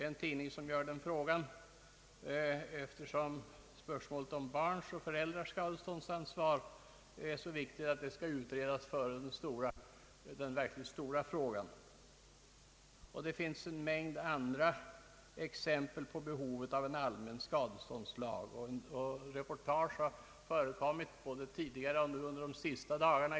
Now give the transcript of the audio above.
En tidning ställer den frågan, eftersom spörsmålet om barns och föräldrars skadeståndsansvar nu tydligen ansetts vara så viktigt att det skall utredas före den verkligt stora frågan. Det finns en mängd andra exempel på behovet av en allmän skadeståndslag. Reportage har förekommit i pressen såväl tidigare som under de senaste dagarna.